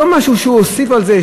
לא משהו שהוא הוסיף על זה,